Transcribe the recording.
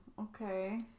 okay